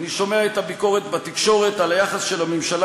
"אני שומע את הביקורת בתקשורת על היחס של הממשלה,